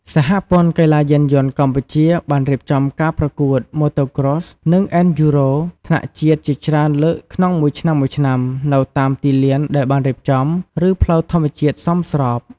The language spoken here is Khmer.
សហព័ន្ធកីឡាយានយន្តកម្ពុជា បានរៀបចំការប្រកួត Motocross និង អេនឌ្យូរ៉ូ (Enduro) ថ្នាក់ជាតិជាច្រើនលើកក្នុងមួយឆ្នាំៗ នៅតាមទីលានដែលបានរៀបចំ ឬផ្លូវធម្មជាតិសមស្រប។